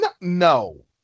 No